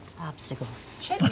obstacles